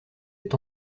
est